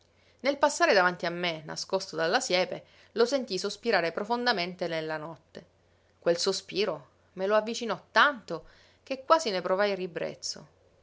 nel passare davanti a me nascosto dalla siepe lo sentii sospirare profondamente nella notte quel sospiro me lo avvicinò tanto che quasi ne provai ribrezzo